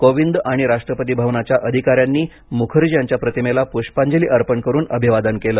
कोविंद आणि राष्ट्रपती भवनाच्या अधिकाऱ्यांनी मुखर्जी यांच्या प्रतिमेला पृष्पांजली अर्पण करून अभिवादन केलं